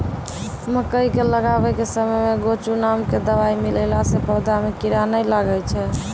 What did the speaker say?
मकई के लगाबै के समय मे गोचु नाम के दवाई मिलैला से पौधा मे कीड़ा नैय लागै छै?